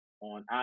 on